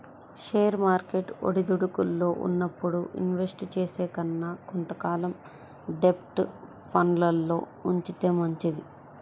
share market ఒడిదుడుకుల్లో ఉన్నప్పుడు invest చేసే కన్నా కొంత కాలం డెబ్ట్ ఫండ్లల్లో ఉంచితే మంచిది